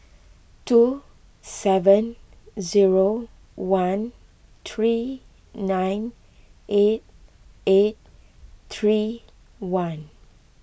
two seven zero one three nine eight eight three one